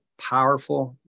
powerful